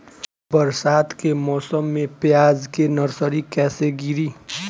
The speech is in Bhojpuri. बरसात के मौसम में प्याज के नर्सरी कैसे गिरी?